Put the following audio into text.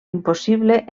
impossible